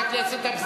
חבר הכנסת מולה.